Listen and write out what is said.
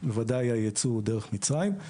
בוודאי הייצוא הוא דרך מצרים.